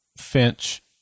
Finch